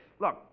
Look